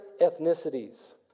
ethnicities